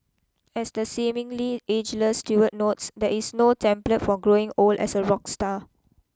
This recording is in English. as the seemingly ageless Stewart notes there is no template for growing old as a rock star